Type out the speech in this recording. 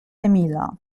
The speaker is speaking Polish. emila